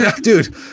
Dude